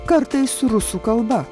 kartais rusų kalba